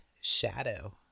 Shadow